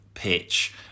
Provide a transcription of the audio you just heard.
pitch